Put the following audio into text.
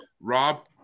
Rob